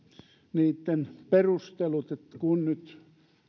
niitten perustelut kun nyt